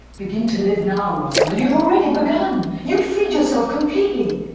begin to live now, rosmer. you'd already begun. you'd freed yourself completely.